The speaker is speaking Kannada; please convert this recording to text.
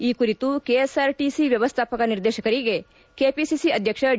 ಈ ಕುರಿತು ಕೆಎಸ್ಆರ್ಟಿಸಿ ವ್ವವಸ್ಥಾಪಕ ನಿರ್ದೇಶಕರಿಗೆ ಕೆಬಸಿಸಿ ಅಧ್ಯಕ್ಷ ಡಿ